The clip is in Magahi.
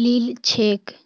लिलछेक